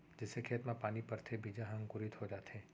जइसे खेत म पानी परथे बीजा ह अंकुरित हो जाथे